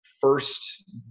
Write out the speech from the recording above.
first